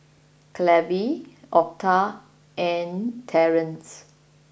Clevie Octa and Terence